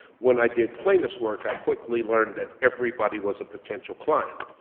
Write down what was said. when i did plaintiffs' work, i quickly learned that everybody was a potential client.